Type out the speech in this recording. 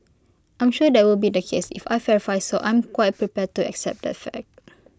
I'm sure that will be the case if I verify so I'm quite prepared to accept that fact